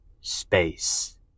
space